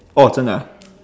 orh 真的啊